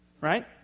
right